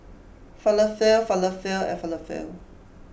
Falafel Falafel and Falafel